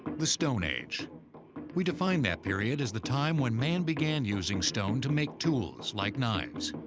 the stone age we define that period as the time when man began using stone to make tools, like knives.